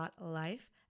life